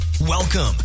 Welcome